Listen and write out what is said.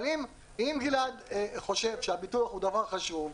אבל אם גלעד חושב שהביטוח הוא דבר חשוב,